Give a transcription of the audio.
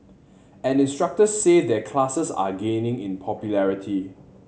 and instructors say their classes are gaining in popularity